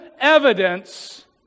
evidence